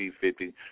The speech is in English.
fifty